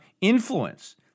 influence